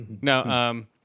No